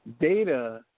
data